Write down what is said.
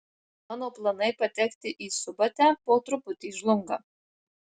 mano planai patekti į subatę po truputį žlunga